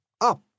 up